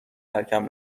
ترکم